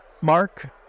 Mark